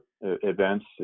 events